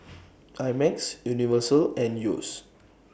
I Max Universal and Yeo's